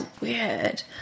weird